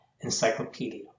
encyclopedia